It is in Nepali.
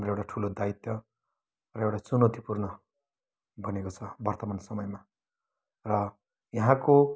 हाम्रो एउटा ठुलो दायित्व र एउटा चुनौतीपूर्ण बनेको छ वर्तमान समयमा र यहाँको